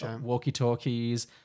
walkie-talkies